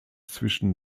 zwischen